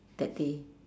that day